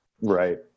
right